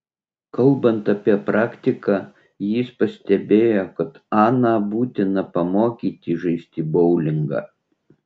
kalbant apie praktiką jis pastebėjo kad aną būtina pamokyti žaisti boulingą